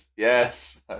Yes